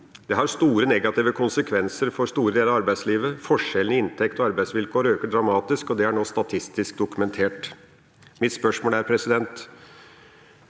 Det har store negative konsekvenser for store deler av arbeidslivet. Forskjellene i inntekt og arbeidsvilkår øker dramatisk, og det er nå statistisk dokumentert. Mitt spørsmål er: Vil